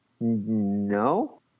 No